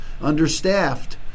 understaffed